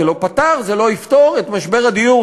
זה לא פתר וזה לא יפתור את משבר הדיור.